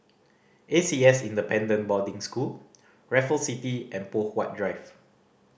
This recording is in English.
A C S Independent Boarding School Raffles City and Poh Huat Drive